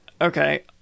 Okay